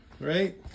right